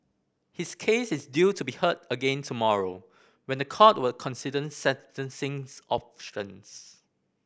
his case is due to be heard again tomorrow when the court will consider sentencing options